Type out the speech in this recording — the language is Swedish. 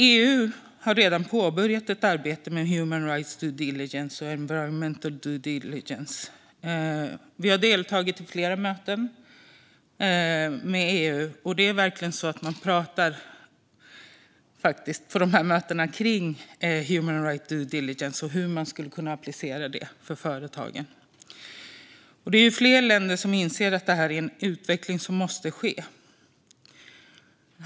EU har redan påbörjat ett arbete med human rights due diligence och environmental due diligence. Vi har deltagit i flera möten med EU, och vid dessa möten talar man faktiskt om human rights due diligence och hur man skulle kunna applicera det på företagen. Flera länder inser att detta är en utveckling som måste ske.